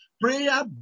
Prayer